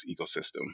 ecosystem